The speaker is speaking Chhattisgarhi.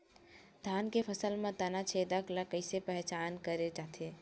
धान के फसल म तना छेदक ल कइसे पहचान करे जाथे?